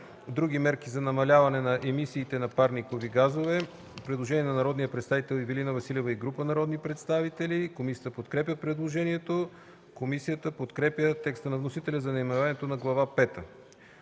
„Други мерки за намаляване емисиите на парникови газове”. Предложение на народния представител Ивелина Василева и група народни представители. Комисията подкрепя предложението. Комисията подкрепя текста на вносителя за наименованието на Глава